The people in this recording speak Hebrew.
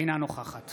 אינה נוכחת